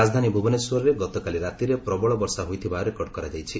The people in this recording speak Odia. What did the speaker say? ରାଜଧାନୀ ଭୁବନେଶ୍ୱରରେ ଗତକାଲି ରାତିରେ ପ୍ରବଳ ବର୍ଷା ହୋଇଥିବା ରେକର୍ଡ କରାଯାଇଛି